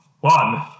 one